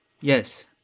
Yes